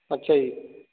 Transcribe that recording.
ਅੱਛਿਆ ਜੀ